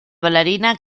bailarina